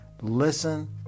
Listen